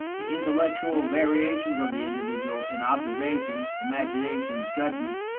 the intellectual variations of the individual in observation, imagination, judgment,